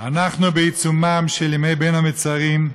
אנחנו בעיצומם של ימי בין המצרים,